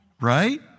Right